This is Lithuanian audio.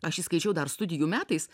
aš jį skaičiau dar studijų metais